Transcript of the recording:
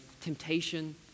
temptation